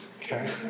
Okay